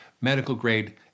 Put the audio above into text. medical-grade